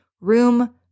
room